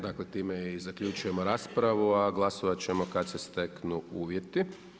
Dakle, time i zaključujemo raspravu, a glasovat ćemo kad se steknu uvjeti.